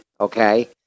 okay